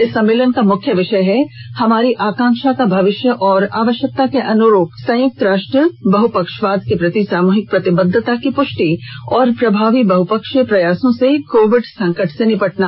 इसका मुख्यं विषय है हमारी आकांक्षा का भविष्य और आवश्यकता के अनुरूप संयुक्त राष्ट्र बहुपक्षवाद के प्रति सामूहिक प्रतिबद्वता की पुष्टि और प्रभावी बहुपक्षीय प्रयासों से कोविड संकट से निपटना